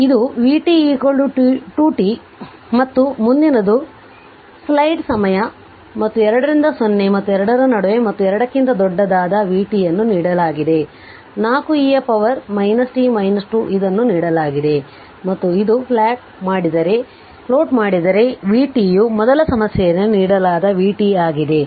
ಆದ್ದರಿಂದ ಇದು vt 2 t ಮತ್ತು ಮುಂದಿನದು ಸ್ಲೈಡ್ ಸಮಯ ಮತ್ತು 2 ರಿಂದ 0 ಮತ್ತು 2 ರ ನಡುವೆ ಮತ್ತು 2 ಕ್ಕಿಂತ ದೊಡ್ಡದಾದ vt ಯನ್ನು ನೀಡಲಾಗಿದೆ 4 e ಯ ಪವರ್ t 2 ಇದನ್ನು ನೀಡಲಾಗಿದೆ ಮತ್ತು ಇದು ಪ್ಲಾಟ್ ಮಾಡಿದರೆ ಈ vt ಯು ಮೊದಲ ಸಮಸ್ಯೆಯಲ್ಲಿ ನೀಡಲಾದ vt ಆಗಿದೆ